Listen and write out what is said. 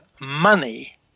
money